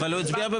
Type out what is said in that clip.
לא קואליציה,